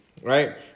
Right